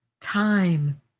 Time